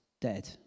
dead